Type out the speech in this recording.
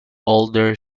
older